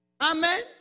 Amen